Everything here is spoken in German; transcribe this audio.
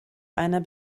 einer